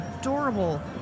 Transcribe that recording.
adorable